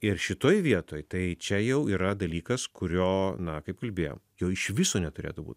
ir šitoj vietoj tai čia jau yra dalykas kurio na kaip kalbėjom jo iš viso neturėtų būt